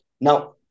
Now